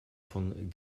von